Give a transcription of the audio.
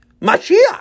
Mashiach